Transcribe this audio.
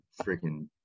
freaking